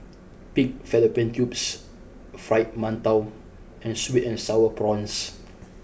Pig Fallopian Tubes Fried Mantou and Sweet and Sour Prawns